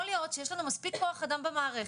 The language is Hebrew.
יכול להיות שיש לנו מספיק כוח אדם במערכת